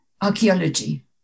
archaeology